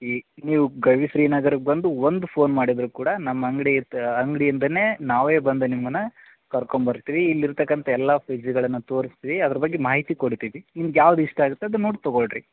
ಈ ನೀವು ಗವಿಶ್ರೀ ನಗರಕ್ಕೆ ಬಂದು ಒಂದು ಫೋನ್ ಮಾಡಿದರು ಕೂಡ ನಮ್ಮ ಅಂಗಡಿ ಇರ್ತ ಅಂಗಡಿಯಿಂದನೇ ನಾವೇ ಬಂದು ನಿಮ್ಮನ್ನು ಕರ್ಕೊಂಬರ್ತೀವಿ ಇಲ್ಲಿರ್ತಕ್ಕಂತ ಎಲ್ಲ ಫ್ರಿಜ್ಗಳನ್ನು ತೋರಿಸ್ತೀವಿ ಅದ್ರ ಬಗ್ಗೆ ಮಾಹಿತಿ ಕೊಡ್ತೀವಿ ನಿಮ್ಗೆ ಯಾವ್ದು ಇಷ್ಟ ಆಗತ್ತೆ ಅದನ್ನು ನೋಡಿ ತೊಗಳ್ಳಿ ರೀ